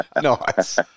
Nice